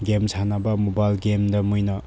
game ꯁꯥꯟꯅꯕ mobile ꯒꯦꯝꯗ ꯃꯣꯏꯅ